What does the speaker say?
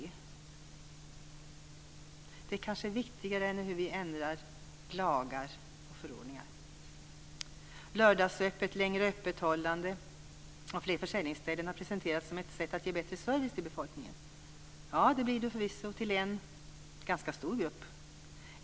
Den frågan är kanske viktigare än hur vi ändrar lagar och förordningar. Lördagsöppet, längre öppethållande och fler försäljningsställen har presenterats som ett sätt att ge bättre service till befolkningen. Det blir det förvisso till en ganska stor grupp.